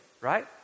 right